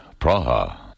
Praha